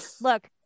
Look